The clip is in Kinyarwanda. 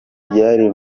byari